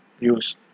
use